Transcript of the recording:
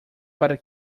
para